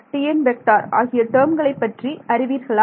Tn ஆகிய டேர்ம்களை பற்றி அறிவீர்களா